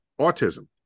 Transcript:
autism